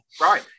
Right